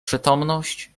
przytomność